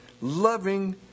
loving